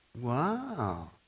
Wow